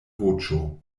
voĉo